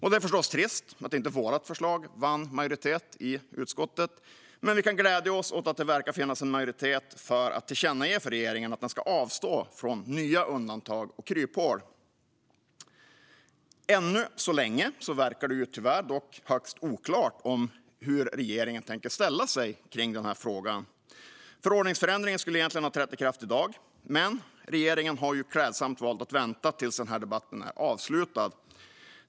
Det är förstås trist att vårt förslag inte vann majoritet i utskottet, men vi kan glädja oss åt att det verkar finnas en majoritet för att tillkännage för regeringen att den ska avstå från nya undantag och kryphål. Ännu verkar det dock tyvärr högst oklart hur regeringen tänker ställa sig till detta. Förordningsändringen skulle egentligen ha trätt i kraft i dag, men regeringen har klädsamt valt att vänta tills denna debatt är avslutad.